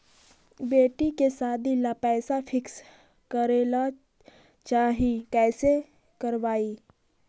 बेटि के सादी ल पैसा फिक्स करे ल चाह ही कैसे करबइ?